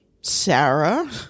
Sarah